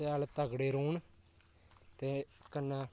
कि शैल तगड़े रौह्न ते कन्नै